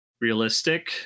realistic